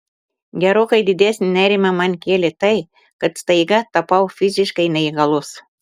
gerokai didesnį nerimą man kėlė tai kad staiga tapau fiziškai neįgalus